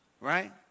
right